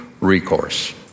recourse